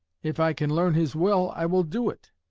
if i can learn his will, i will do it.